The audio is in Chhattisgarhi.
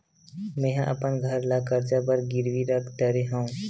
मेहा अपन घर ला कर्जा बर गिरवी रख डरे हव